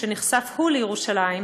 שנכסף הוא לירושלים,